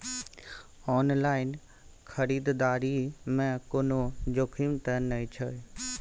Online खरीददारी में कोनो जोखिम त नय छै?